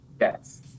Yes